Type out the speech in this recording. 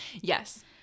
Yes